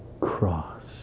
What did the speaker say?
cross